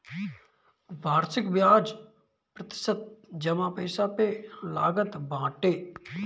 वार्षिक बियाज प्रतिशत जमा पईसा पे लागत बाटे